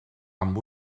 amb